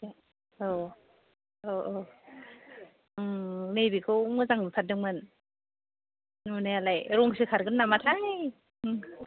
औ औ नैबेखौ मोजां नुथारदोंमोन नुनायालाय रंसो खारगोन नामाथाय